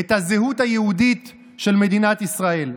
את הזהות היהודית של מדינת ישראל,